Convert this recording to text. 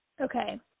Okay